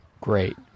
great